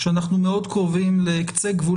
שאנחנו מאוד קרובים לקצה גבול